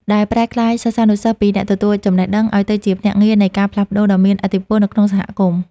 ដែលប្រែក្លាយសិស្សានុសិស្សពីអ្នកទទួលចំណេះដឹង ឱ្យទៅជាភ្នាក់ងារនៃការផ្លាស់ប្តូរដ៏មានឥទ្ធិពលនៅក្នុងសហគមន៍។